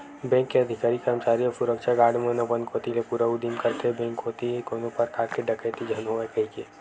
bank के अधिकारी, करमचारी अउ सुरक्छा गार्ड मन अपन कोती ले पूरा उदिम करथे के बेंक कोती कोनो परकार के डकेती झन होवय कहिके